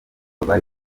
bari